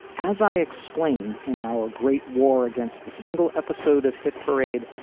as i explained in our great war against the single episode of hit parade.